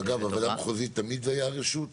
אגב, בוועדה המחוזית, תמיד זה היה רשות?